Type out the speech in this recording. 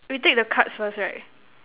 we take the cards first right